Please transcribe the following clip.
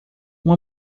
uma